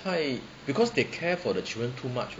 太 because they care for the children too much